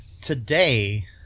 Today